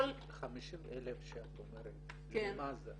-- ה-50,000 שאת אומרת, למה זה?